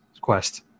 quest